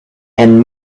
and